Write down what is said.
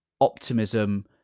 optimism